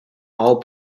all